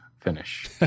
finish